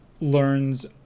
learns